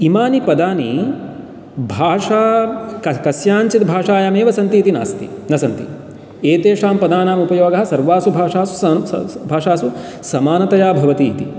इमानि पदानि भाषा कस्याञ्चित् भाषायामेव सन्ति इति नास्ति न सन्ति एतेषां पदानाम् उपयोगः सर्वासु भाषासु भाषासु समानतया भवति इति